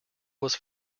was